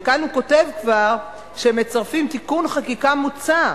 כאן הוא כותב כבר שמצרפים תיקון חקיקה מוצע,